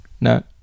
No